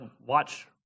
watch